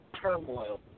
turmoil